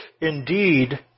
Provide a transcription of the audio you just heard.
indeed